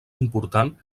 important